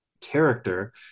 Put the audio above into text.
character